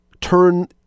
turn